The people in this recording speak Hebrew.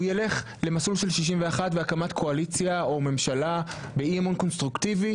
הוא ילך למסלול של 61 והקמת קואליציה או ממשלה באי אמון קונסטרוקטיבי,